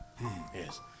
Yes